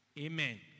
Amen